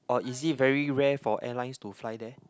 or is it very rare for airlines to fly there